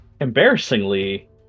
embarrassingly